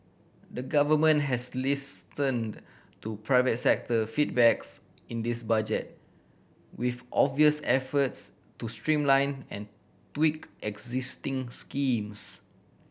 the Government has listened to private sector feedbacks in this Budget with obvious efforts to streamline and tweak existing schemes